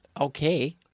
okay